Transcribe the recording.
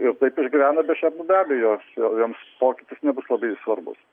ir išgyveno be šernų be abejo jos joms pokytis nebus labai svarbus